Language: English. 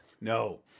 No